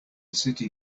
city